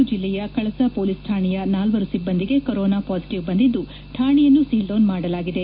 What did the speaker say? ಚಿಕ್ಕಮಗಳೂರು ಜಿಲ್ಲೆಯ ಕಳಸ ಪೊಲೀಸ್ ಠಾಣೆಯ ನಾಲ್ವರು ಸಿಬ್ಬಂದಿಗ ಕೊರೋನಾ ಪಾಸಿಟಿವ್ ಬಂದಿದ್ದು ಠಾಣೆಯನ್ನು ಸೀಲ್ ಡೌನ್ ಮಾಡಲಾಗಿದೆ